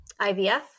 IVF